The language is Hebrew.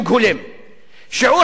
שיעור הנשים הדרוזיות,